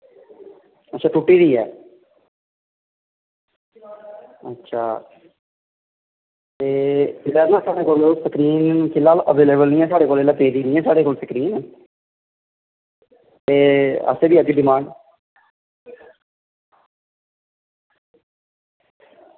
अच्छा टुट्टी दी ऐ अच्छा ते फिलहाल स्क्रीन साढ़े कोल इसलै अवेलएवल निं ऐ पेदी इंया साढ़े कोल स्क्रीन ते असें बी अग्गें डिमांड